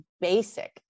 basic